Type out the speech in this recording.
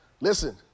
listen